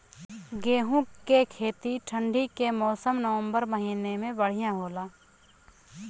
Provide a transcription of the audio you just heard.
गेहूँ के खेती ठंण्डी के मौसम नवम्बर महीना में बढ़ियां होला?